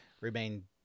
remain